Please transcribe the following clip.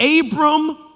Abram